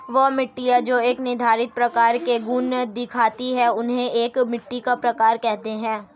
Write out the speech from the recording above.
वह मिट्टियाँ जो एक निर्धारित प्रकार के गुण दिखाती है उन्हें एक मिट्टी का प्रकार कहते हैं